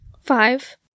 Five